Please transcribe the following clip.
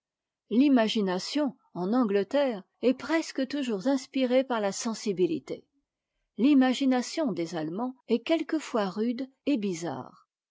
l'imagination en angleterre est presque toujours inspirée par la sensibilité l'imagination des allemands est quelquefois rude et bizarre